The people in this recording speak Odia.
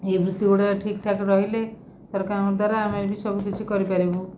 ଏଇ ବୃତ୍ତି ଗୁଡ଼ାକ ଠିକ୍ ଠାକ୍ ରହିଲେ ସରକାରଙ୍କ ଦ୍ୱାରା ଆମେ ବି ସବୁକିଛି କରିପାରିବୁ